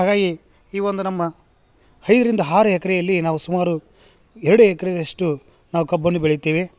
ಹಾಗಾಗಿ ಈ ಒಂದು ನಮ್ಮ ಐದರಿಂದ ಆರು ಎಕ್ಕರೆಯಲ್ಲಿ ನಾವು ಸುಮಾರು ಎರಡು ಎಕ್ಕರೆಯಷ್ಟು ನಾವು ಕಬ್ಬನ್ನು ಬೆಳೆಯುತ್ತೇವೆ